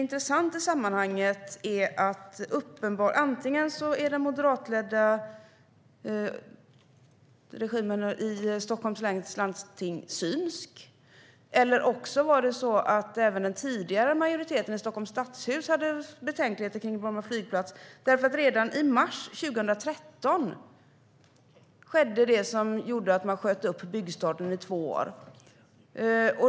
Intressant i sammanhanget är att antingen är den moderatledda regimen i Stockholms läns landsting synsk eller också hade också den tidigare majoriteten i Stockholms stadshus betänkligheter kring Bromma flygplats. Redan i mars 2013 skedde det som gjorde att man sköt upp byggstarten i två år.